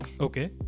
okay